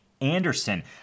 Anderson